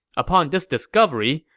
upon this discovery,